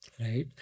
right